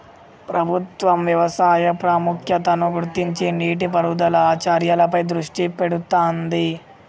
ప్రభుత్వం వ్యవసాయ ప్రాముఖ్యతను గుర్తించి నీటి పారుదల చర్యలపై దృష్టి పెడుతాంది